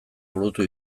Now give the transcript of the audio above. burutu